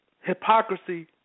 Hypocrisy